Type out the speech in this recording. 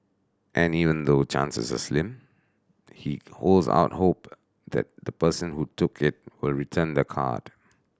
and even though chances are slim he holds out hope that the person who took it will return the card